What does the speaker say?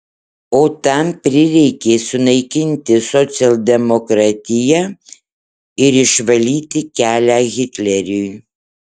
o tam prireikė sunaikinti socialdemokratiją ir išvalyti kelią hitleriui